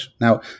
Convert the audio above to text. Now